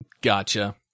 Gotcha